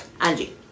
Angie